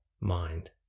mind